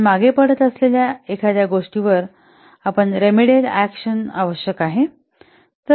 आपण मागे पडत असलेल्या एखाद्या गोष्टीवर आपण रेमिडिअल अकशन आवश्यक आहे